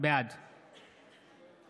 בעד